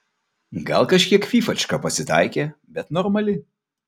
gal kažkiek fyfačka pasitaikė bet normali